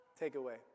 takeaway